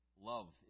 Love